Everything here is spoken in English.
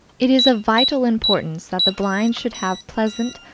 it is of vital importance that the blind should have pleasant,